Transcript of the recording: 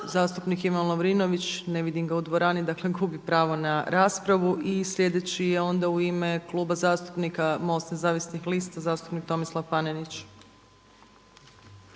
Zastupnik Ivan Lovrinović. Ne vidim ga u dvorani. Dakle, gubi pravo na raspravu. Sljedeći je onda u ime Kluba zastupnika Mosta nezavisnih lista zastupnik Tomislav Panenić.